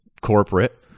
corporate